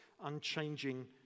unchanging